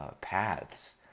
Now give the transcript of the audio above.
paths